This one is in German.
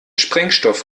sprengstoff